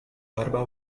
barba